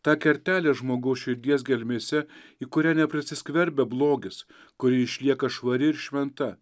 tą kertelę žmogaus širdies gelmėse į kurią neprasiskverbia blogis kuri išlieka švari ir šventa